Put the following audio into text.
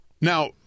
now